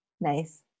Nice